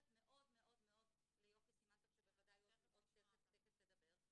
מאוד ליוכי סימן טוב שבוודאי תיכף תדבר,